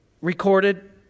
recorded